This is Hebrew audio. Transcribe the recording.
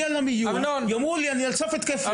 מגיע למיון אומרים לי שאני על סף התקף לב,